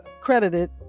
credited